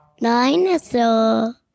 Dinosaur